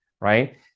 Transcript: right